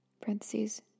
Parentheses